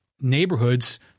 neighborhoods